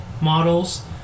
models